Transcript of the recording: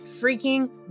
freaking